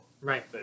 Right